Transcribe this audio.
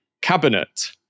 Cabinet